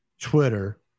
twitter